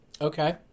Okay